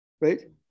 right